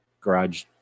garage